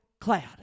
cloud